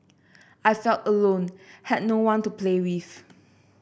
I felt alone had no one to play with